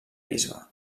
bisbe